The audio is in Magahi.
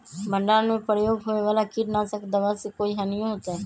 भंडारण में प्रयोग होए वाला किट नाशक दवा से कोई हानियों होतै?